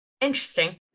interesting